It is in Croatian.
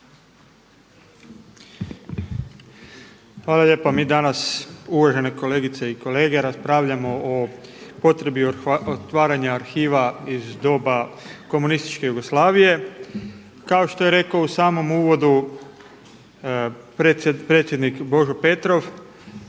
Hvala lijepa. Mi danas uvažene kolegice i kolege raspravljamo o potrebi otvaranja arhiva iz doba komunističke Jugoslavije. Kao što je rekao u samom uvodu predsjednik Božo Petrov